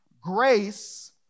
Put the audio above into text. grace